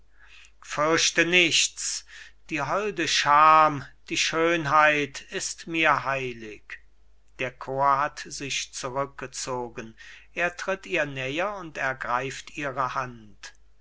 fürchte nichts die holde scham die schönheit ist mir heilig der chor hat sich zurückgezogen er tritt ihr näher und ergreift ihre hand